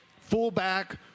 fullback